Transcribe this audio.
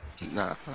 Nah